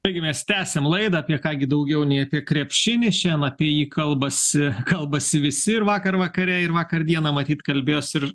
taigi mes tęsiam laidą apie ką gi daugiau nei apie krepšinį šiandien apie jį kalbasi kalbasi visi ir vakar vakare ir vakar dieną matyt kalbėjos ir